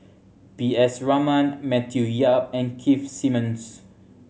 P S Raman Matthew Yap and Keith Simmons